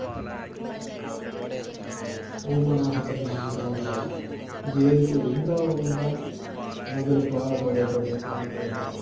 ओह् बड़ा खतरनाक बंदा ऐ जेल च रैहंदा ओह् बंदा मगर बाह्र बडे़ बडे़ कांड करदा ओह्